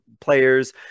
players